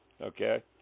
Okay